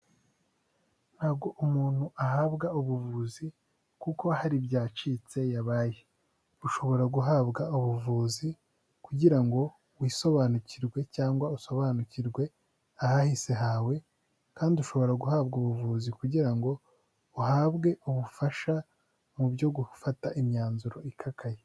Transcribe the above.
Ntabwo umuntu ahabwa ubuvuzi kuko hari byacitse yabaye, ushobora guhabwa ubuvuzi kugira ngo wisobanukirwe, cyangwa usobanukirwe ahahise hawe, kandi ushobora guhabwa ubuvuzi kugira ngo uhabwe ubufasha mu byo gufata imyanzuro ikakaye.